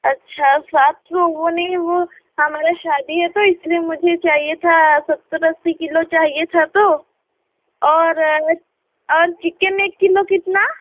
अच्छा अच्छा आप तो वो नहीं हो हमारा शादी है तो इसलिए मुझे चाहिए था सत्तर अस्सी किलो चाहिए था तो और और चिकेन एक किलो कितना